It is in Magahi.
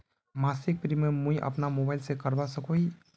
मासिक प्रीमियम मुई अपना मोबाईल से करवा सकोहो ही?